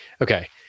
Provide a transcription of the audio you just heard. Okay